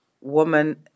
woman